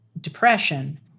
depression